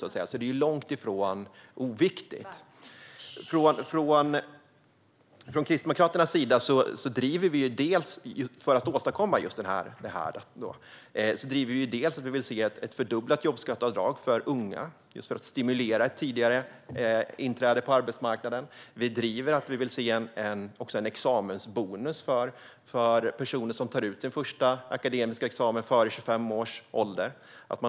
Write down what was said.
Det är alltså långt ifrån oviktigt. För att åstadkomma just det vill Kristdemokraterna se ett fördubblat jobbskatteavdrag för unga, för att stimulera tidigare inträde på arbetsmarknaden. Vi vill också se en examensbonus för personer som tar ut sin första akademiska examen före 25 års ålder.